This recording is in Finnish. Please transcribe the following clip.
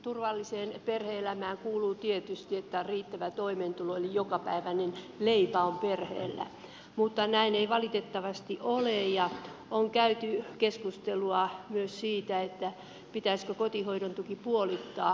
turvalliseen perhe elämään kuuluu tietysti että on riittävä toimeentulo eli jokapäiväinen leipä on perheellä mutta näin ei valitettavasti ole ja on käyty keskustelua myös siitä pitäisikö kotihoidon tuki puolittaa